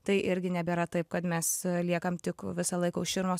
tai irgi nebėra taip kad mes liekam tik visą laiką už širmos